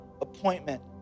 appointment